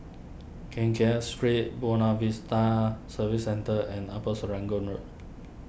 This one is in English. Keng Kiat Street Buona Vista Service Centre and Upper Serangoon Road